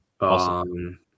Awesome